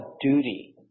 duty